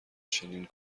چنین